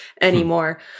anymore